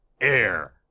air